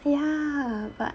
ya but